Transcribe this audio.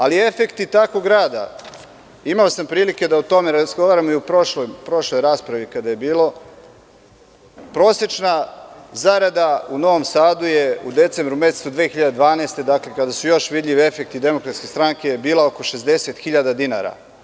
Ali, efekti takvog rada, a imao sam prilike da o tome razgovaram i u prošloj raspravi kada je bila, prosečna zarada u Novom Sadu u decembru mesecu 2012. godine, dakle, kada su još vidljivi efekti DS, bila je oko 60.000 dinara.